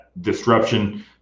disruption